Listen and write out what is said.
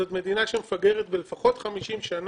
זאת מדינה שמפגרת לפחות ב-50 שנים,